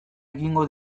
egingo